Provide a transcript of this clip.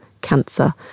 cancer